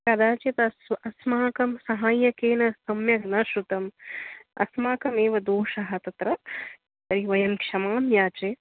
कदाचित् अस्व अस्माकं सहाय्यकेन सम्यग् न श्रुतं अस्माकमेव दोषः तत्र तर्हि वयं क्षमां याचे